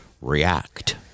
react